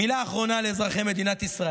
מילה אחרונה לאזרחי מדינת ישראל.